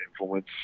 influence